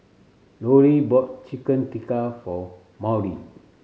Lollie bought Chicken Tikka for Maude